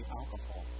alcohol